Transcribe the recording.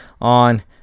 on